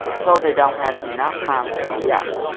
so they don't have enough time to react,